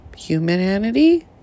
Humanity